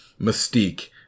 Mystique